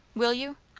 will you?